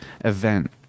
event